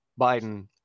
Biden